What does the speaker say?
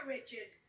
Richard